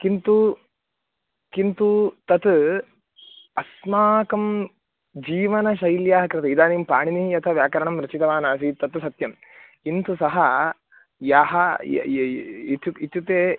किन्तु किन्तु तत् अस्माकं जीवनशैल्याः कृते इदानीं पाणिनिः यथा व्याकरणं रचितवानासीत् तत्तु सत्यं किन्तु सः यः यय य् इत् इत्युक्ते